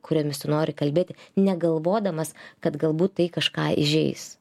kuriom visi nori kalbėti negalvodamas kad galbūt tai kažką įžeis